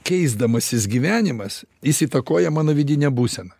keisdamasis gyvenimas jis įtakoja mano vidinę būseną